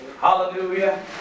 Hallelujah